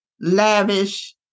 lavish